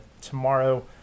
tomorrow